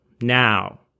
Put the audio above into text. Now